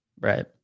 right